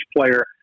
player